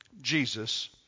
Jesus